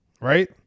right